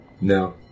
no